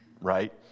right